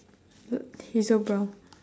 looked hazel brown